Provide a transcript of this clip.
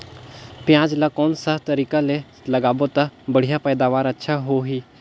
पियाज ला कोन सा तरीका ले लगाबो ता बढ़िया पैदावार अच्छा होही?